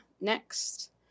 next